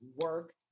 work